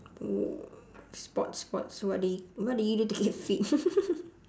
oo sports sports what did you what did you do to keep fit